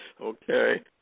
Okay